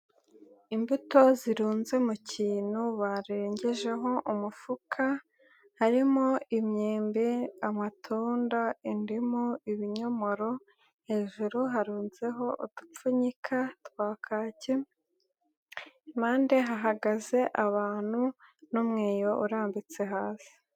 Imbuto zirunze mu kintu barengejeho umufuka, harimo imyembe, amatunda, indimu, ibinyomoro hejuru harunzeho udupfunyika twa kake, impande hahagaze abantu n'umweyo urambitse hasi.